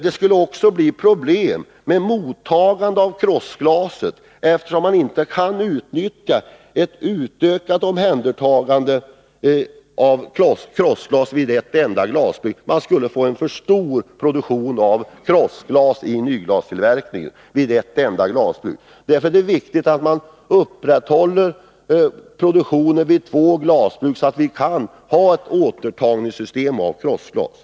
Det skulle också bli problem med mottagandet av krossglas, eftersom man inte kunde utnyttja ett utökat omhändertagande vid ett enda glasbruk. Man skulle få en för stor produktion av krossglas i nyglastillverkningen. Därför är det viktigt att man upprätthåller produktionen vid två glasbruk, så att vi kan ha ett återtagningssystem för krossglas.